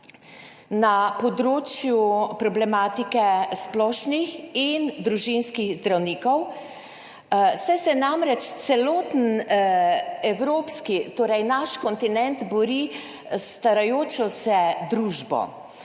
na področju problematike splošnih in družinskih zdravnikov, saj se namreč celoten evropski, torej naš kontinent bori s starajočo se družbo